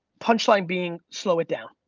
punchline being, slow it down.